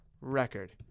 record